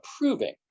approving